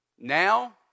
Now